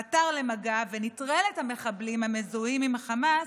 חתר למגע ונטרל את המחבלים המזוהים עם החמאס,